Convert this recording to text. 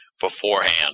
beforehand